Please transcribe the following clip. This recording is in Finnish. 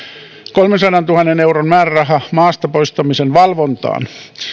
kolmensadantuhannen euron määräraha maasta poistamisen valvontaan